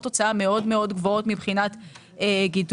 הוצאה מאוד מאוד גבוהות מבחינת גידולים.